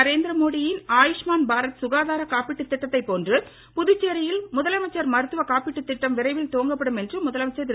நரேந்திர மோடி யின் ஆயுஷ்மான் பாரத் சுகாதார காப்பீட்டு திட்டத்தை போன்று புதுச்சேரியிலும் முதலமைச்சர் மருத்துவக் காப்பீட்டு திட்டம் விரைவில் துவக்கப்படும் என முதலமைச்சர் திரு